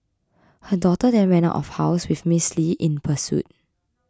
her daughter then ran out of house with Miss Li in pursuit